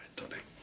tony.